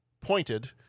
pointed